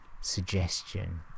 suggestion